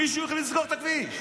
מישהו החליט לסגור את הכביש.